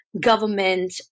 government